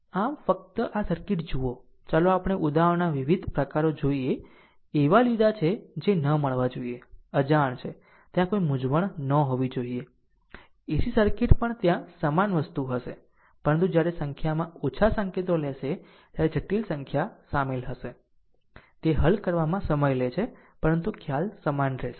આમ ફક્ત આ સર્કિટ જુઓ ચાલો આપણે ઉદાહરણોનાં વિવિધ પ્રકારો જોઈએ એવા લીધાં છે જે ન મળવા જોઈએ અજાણ છે ત્યાં કોઈ મૂંઝવણ ન હોવી જોઇએ AC સર્કિટ પણ ત્યાં સમાન વસ્તુ હશે પરંતુ જ્યારે સંખ્યામાં ઓછા સંકેતો લેશે ત્યારે જટિલ સંખ્યા શામેલ થશે તે હલ કરવામાં સમય લે છે પરંતુ ખ્યાલ સમાન રહેશે